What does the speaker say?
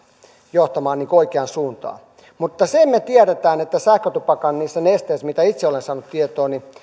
johtamaan oikeaan suuntaan mutta sen me tiedämme että sähkötupakan niissä nesteissä mitä itse olen saanut tietooni